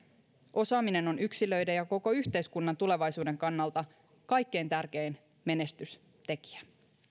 osaaminen on yksilöiden ja koko yhteiskunnan tulevaisuuden kannalta kaikkein tärkein menestystekijä